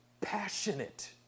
passionate